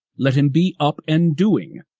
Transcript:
let him be up and doing.